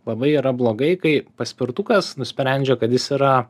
labai yra blogai kai paspirtukas nusprendžia kad jis yra